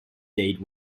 date